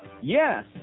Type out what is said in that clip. Yes